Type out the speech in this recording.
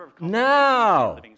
now